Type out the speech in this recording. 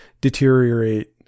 deteriorate